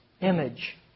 image